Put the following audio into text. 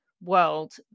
world